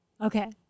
Okay